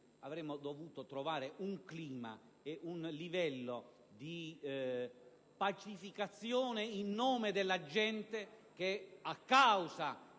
avremmo dovuto trovare un clima e un livello di pacificazione in nome della gente che, a causa